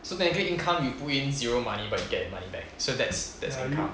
so technically income you put in zero money but you get the money back so that's that's income